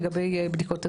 לגבי בדיקות הדימות.